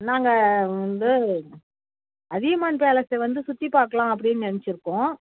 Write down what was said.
நாங்கள் வந்து அதியமான் பேலஸ்ஸில் வந்து சுற்றி பார்க்கலாம் அப்படின்னு நினச்சிருக்கோம்